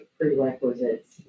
prerequisites